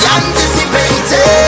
anticipated